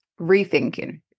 rethinking